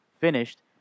finished